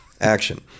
Action